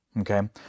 okay